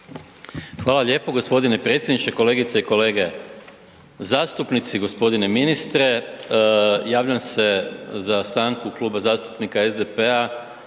Hvala lijepo gospodine predsjedniče. Kolegice i kolege zastupnici, gospodine ministre javljam se za stanku Kluba zastupnika SDP-a